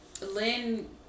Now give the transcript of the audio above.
Lynn